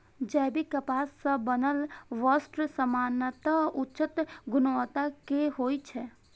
जैविक कपास सं बनल वस्त्र सामान्यतः उच्च गुणवत्ता के होइ छै